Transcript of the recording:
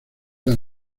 las